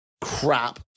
crap